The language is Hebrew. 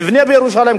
נבנה בירושלים,